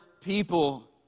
people